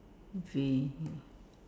ve~